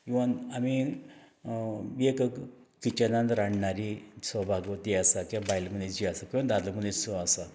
even आमी एक ग किचनान जर राबणारी सौभाग्यवती आसा किंवा बायल मनीस जी आसा किंवा दादलो मनीस जो आसा